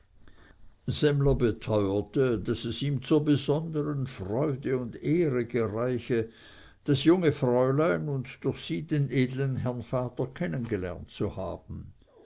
semmler beteuerte daß es ihm zur besondern freude und ehre gereiche das junge fräulein und durch sie den edeln herrn vater kennengelernt zu haben